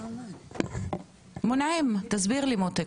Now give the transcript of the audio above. מונים תסביר לי מותק.